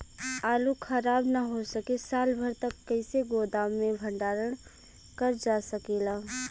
आलू खराब न हो सके साल भर तक कइसे गोदाम मे भण्डारण कर जा सकेला?